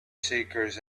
seekers